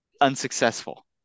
unsuccessful